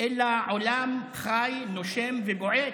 אלא עולם חי, נושם ובועט,